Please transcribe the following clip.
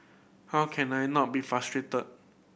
how can I not be frustrated